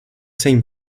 same